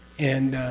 and.